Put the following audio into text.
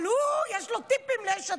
אבל הוא, יש לו טיפים ליש עתיד.